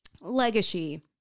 Legacy